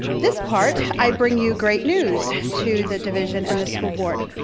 this part, i bring you great news, to the division and the school board.